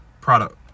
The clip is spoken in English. product